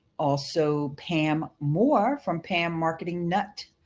also pam moore from pam marketing nut.